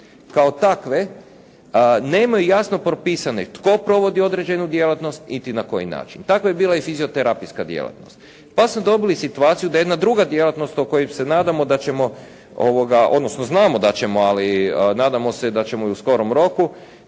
kao takve nemaju jasno propisane tko provodi određenu djelatnost niti na koji način? Takva je bila i fizioterapijska djelatnost. Pa ste dobili situaciju da jedna druga djelatnost o kojoj se nadamo da ćemo odnosno znamo da ćemo, ali nadamo se da ćemo i u skorom roku